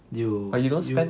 you you